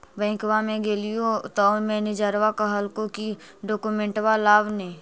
बैंकवा मे गेलिओ तौ मैनेजरवा कहलको कि डोकमेनटवा लाव ने?